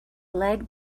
led